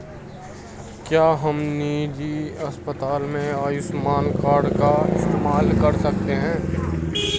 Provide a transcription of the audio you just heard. क्या हम निजी अस्पताल में आयुष्मान कार्ड का इस्तेमाल कर सकते हैं?